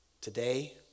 today